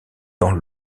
dans